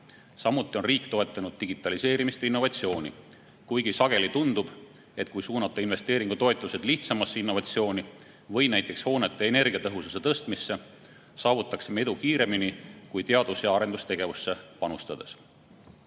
Samuti on riik toetanud digitaliseerimist ja innovatsiooni, kuigi sageli tundub, et kui suunata investeeringutoetused lihtsamasse innovatsiooni või näiteks hoonete energiatõhususe tõstmisse, saavutaksime edu kiiremini kui teadus- ja arendustegevusse panustades.